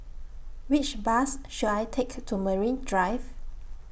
Which Bus should I Take to Marine Drive